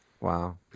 Wow